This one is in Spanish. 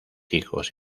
hijos